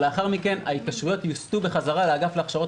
לאחר מכן ההתקשרויות יוסטו בחזרה לאגף להכשרות